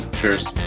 cheers